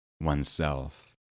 oneself